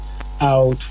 out